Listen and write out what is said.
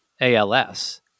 ALS